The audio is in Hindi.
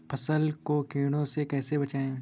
फसल को कीड़ों से कैसे बचाएँ?